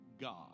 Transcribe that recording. God